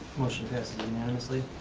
motion passes unanimously.